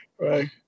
Right